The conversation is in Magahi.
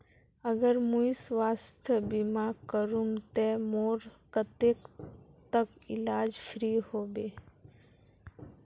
अगर मुई स्वास्थ्य बीमा करूम ते मोर कतेक तक इलाज फ्री होबे?